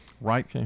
Right